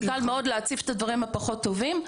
כי קל מאוד להציף את הדברים הפחות טובים.